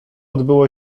odbyło